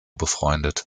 befreundet